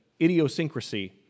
idiosyncrasy